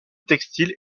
textile